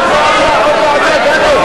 תודה רבה לך, חבר הכנסת דני דנון.